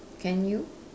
can you